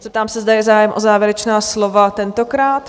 Zeptám se, zda je zájem o závěrečná slova tentokrát?